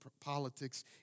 politics